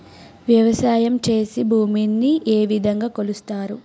వ్యవసాయం చేసి భూమిని ఏ విధంగా కొలుస్తారు?